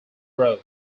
road